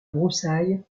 broussailles